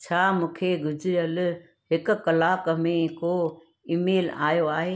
छा मूंखे गुजिरियल हिकु कलाकु में को ईमेल आयो आहे